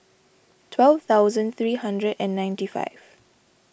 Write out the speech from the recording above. twelve thousand three hundred and ninety five